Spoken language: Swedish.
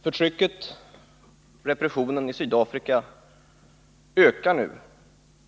Herr talman! Förtrycket, repressionen i Sydafrika ökar nu